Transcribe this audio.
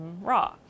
raw